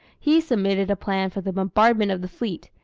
he submitted a plan for the bombardment of the fleet,